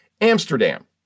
Amsterdam